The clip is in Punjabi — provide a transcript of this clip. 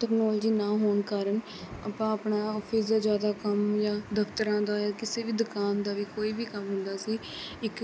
ਤਕਨੋਲਜੀ ਨਾ ਹੋਣ ਕਾਰਨ ਆਪਾਂ ਆਪਣਾ ਓਫ਼ਿਸ ਦਾ ਜ਼ਿਆਦਾ ਕੰਮ ਜਾਂ ਦਫਤਰਾਂ ਦਾ ਜਾਂ ਕਿਸੇ ਵੀ ਦੁਕਾਨ ਦਾ ਵੀ ਕੋਈ ਕੰਮ ਹੁੰਦਾ ਸੀ ਇੱਕ